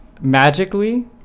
magically